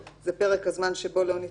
הורדת את זה, לא טוב.